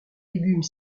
légumes